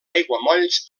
aiguamolls